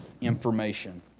information